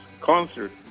concert